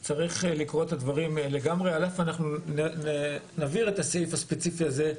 אבל צריך לקרוא את הדברים אנחנו נבהיר את הסעיף הספציפי הזה.